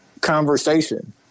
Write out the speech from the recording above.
conversation